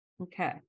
Okay